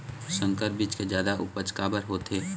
संकर बीज के जादा उपज काबर होथे?